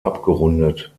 abgerundet